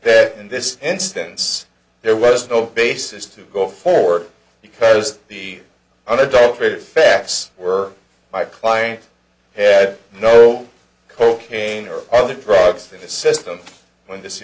that in this instance there was no basis to go forward because the unadulterated facts were my client had no cocaine or other drugs in the system when this